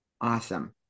Awesome